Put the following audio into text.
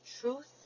truth